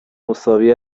مساوی